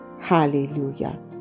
hallelujah